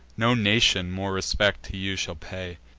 no nation more respect to you shall pay,